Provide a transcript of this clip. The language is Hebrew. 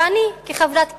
ואני כחברת כנסת,